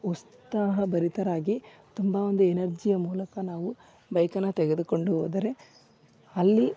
ಉತ್ಸಾಹಭರಿತರಾಗಿ ತುಂಬಾ ಒಂದು ಎನರ್ಜಿಯ ಮೂಲಕ ನಾವು ಬೈಕನ್ನ ತೆಗೆದುಕೊಂಡು ಹೋದರೆ ಅಲ್ಲಿ